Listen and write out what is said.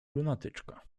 lunatyczka